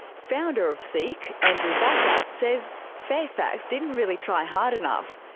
founder of seek, andrew bassat says fairfax didn't really try hard enough.